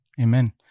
Amen